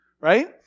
right